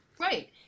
Right